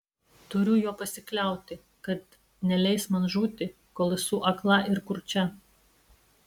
turiu juo pasikliauti kad neleis man žūti kol esu akla ir kurčia